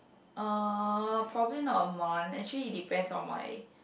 uh probably not a month actually it depends on my